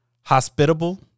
hospitable